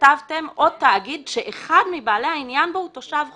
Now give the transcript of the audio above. כתבתם או תאגיד שאחד מבעלי העניין בו הוא תושב חוץ.